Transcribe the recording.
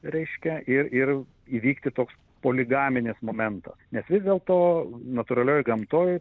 reiškia ir ir įvykti toks poligaminis momentas nes vis dėlto natūralioj gamtoj